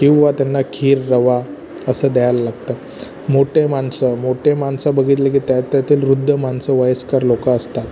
किंवा त्यांना खीर रवा असं द्यायला लागतं मोठे माणसं मोठे माणसं बघितले की त्या त्यातील वृद्ध माणसं वयस्कर लोकं असतात